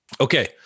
Okay